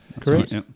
correct